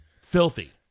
Filthy